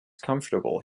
comfortable